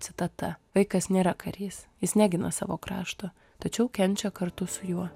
citata vaikas nėra karys jis negina savo krašto tačiau kenčia kartu su juo